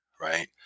Right